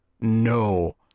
no